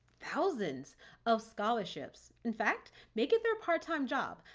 thousands of scholarships. in fact, make it their part time job.